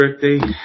birthday